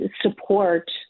support